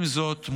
עם זאת,